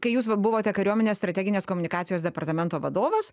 kai jūs va buvote kariuomenės strateginės komunikacijos departamento vadovas